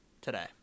today